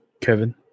Kevin